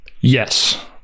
Yes